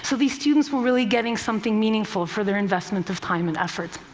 so these students were really getting something meaningful for their investment of time and effort.